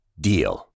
DEAL